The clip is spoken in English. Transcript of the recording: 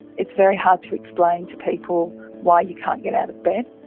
it's very hard to explain to people why you can't get out of bed,